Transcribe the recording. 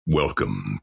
Welcome